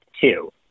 two